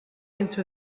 into